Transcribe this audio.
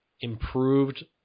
improved